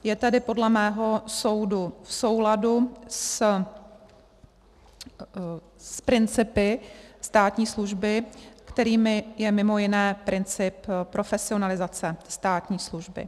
Je tedy podle mého soudu v souladu s principy státní služby, kterými je mimo jiné princip profesionalizace státní služby.